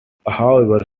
however